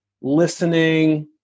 Listening